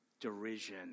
derision